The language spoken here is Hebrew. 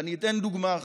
ואני אתן דוגמה אחת: